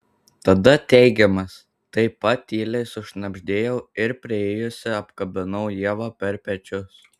tada teigiamas taip pat tyliai sušnabždėjau ir priėjusi apkabinau ievą per pečius